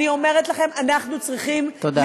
אני אומרת לכם: אנחנו צריכים, תודה.